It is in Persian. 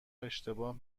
اشتباه